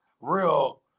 real